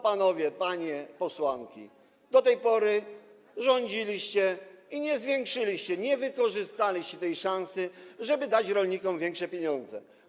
Panowie i panie posłanki, do tej pory rządziliście i tego nie zwiększyliście, nie wykorzystaliście tej szansy, żeby dać rolnikom większe pieniądze.